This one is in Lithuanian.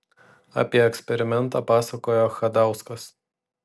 apie eksperimentą pasakojo chadauskas